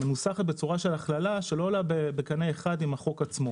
מנוסחת בצורת הכללה שלא עולה בקנה אחד עם החוק עצמו